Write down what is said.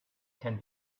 can